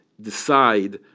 decide